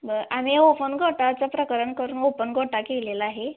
बं आणि ओपन गोठाचं प्रकरण करून ओपन गोठा केलेला आहे